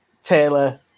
Taylor